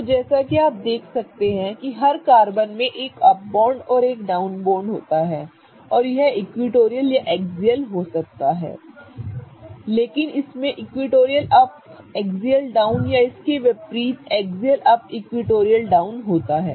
तो जैसा कि आप देख सकते हैं कि हर कार्बन में एक अप बॉन्ड और एक डाउन बॉन्ड होता है और यह इक्विटोरियल या एक्सियल हो सकता है लेकिन इसमें इक्विटोरियल अप एक्सियल डाउन या इसके विपरीत एक्सियल अप इक्विटोरियल डाउन होता है